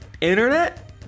internet